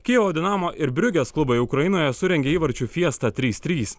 kijevo dinamo ir briugės klubai ukrainoje surengė įvarčių fiestą trys trys